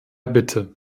bitte